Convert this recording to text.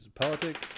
Politics